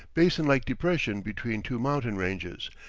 basin-like depression between two mountain ranges,